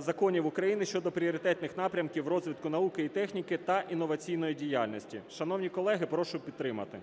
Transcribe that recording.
законів України щодо пріоритетних напрямків розвитку науки і техніки та інноваційної діяльності. Шановні колеги, прошу підтримати.